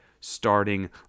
starting